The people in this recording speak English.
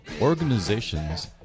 organizations